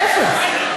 להפך.